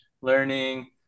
learning